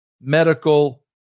medical